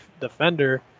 defender